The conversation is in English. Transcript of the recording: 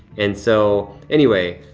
and so anyway,